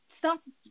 started